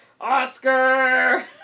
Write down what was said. Oscar